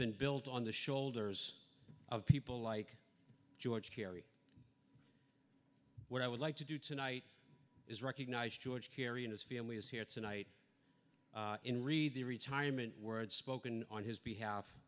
been built on the shoulders of people like george carey what i would like to do tonight is recognize george kerry and his family is here tonight in read the retirement word spoken on his behalf